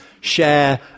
share